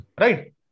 Right